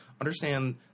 Understand